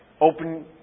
Open